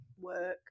work